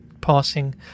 passing